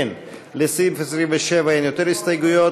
לסעיף 27 אין יותר הסתייגויות.